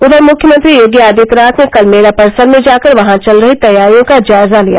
उधर मुख्यमंत्री योगी आदित्यनाथ ने कल मेला परिसर में जाकर वहां चल रही तैयारियों का जायजा लिया